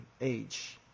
age